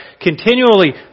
continually